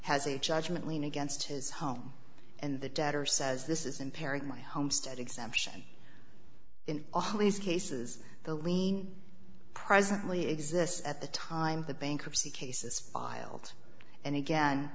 has a judgment lien against his home and the debtor says this is impairing my homestead exemption in all these cases the lien presently exists at the time the bankruptcy case is spiled and again